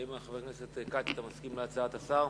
האם, חבר הכנסת כץ, אתה מסכים להצעת השר?